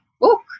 book